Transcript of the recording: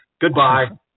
Goodbye